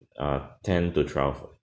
err ten to twelve